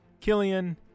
killian